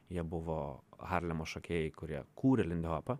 jie buvo harlemo šokėjai kurie kūrė lindihopą